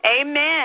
amen